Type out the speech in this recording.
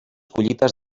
collites